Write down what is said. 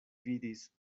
vidis